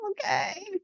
Okay